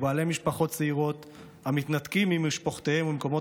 ובעלי משפחות צעירות המתנתקים ממשפחותיהם וממקומות